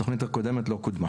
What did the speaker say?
התוכנית הקודמת לא קודמה.